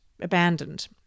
abandoned